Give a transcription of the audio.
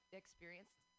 experienced